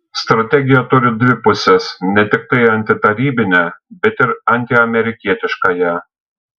strategija turi dvi puses ne tiktai antitarybinę bet ir antiamerikietiškąją